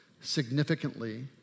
significantly